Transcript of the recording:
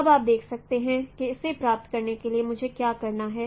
अब आप देख सकते हैं कि इसे प्राप्त करने के लिए मुझे क्या करना है